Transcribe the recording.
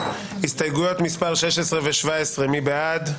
הסתייגות מס' 46. מי בעד?